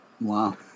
Wow